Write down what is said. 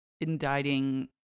indicting